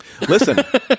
Listen